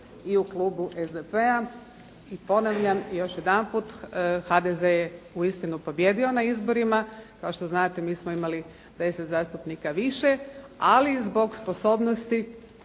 i u klubu SDP-a. I ponavljam i još jedanput, HDZ je uistinu pobijedio na izborima. Kao što znate mi smo imali …/Govornik se ne razumije./… više, ali zbog sposobnosti